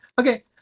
Okay